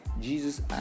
Jesus